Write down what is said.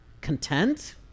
content